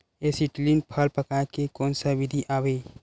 Acetylene फल पकाय के कोन सा विधि आवे?